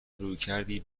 رویکردی